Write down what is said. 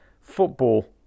football